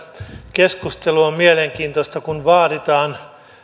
keskustelu on mielenkiintoista että kun vaaditaan